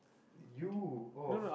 you oh